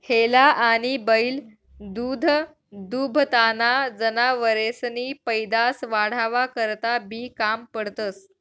हेला आनी बैल दूधदूभताना जनावरेसनी पैदास वाढावा करता बी काम पडतंस